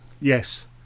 Yes